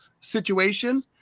situation